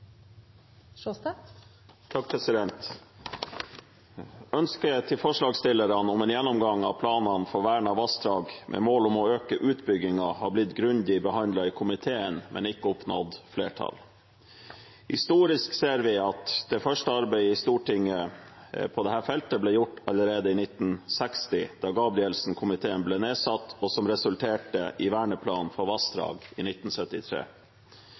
vassdrag med mål om å øke utbyggingen har blitt grundig behandlet i komiteen, men har ikke oppnådd flertall. Historisk ser vi at det første arbeidet i Stortinget på dette feltet ble gjort allerede i 1960, da Gabrielsen-komiteen ble nedsatt, noe som resulterte i Verneplan for vassdrag i 1973.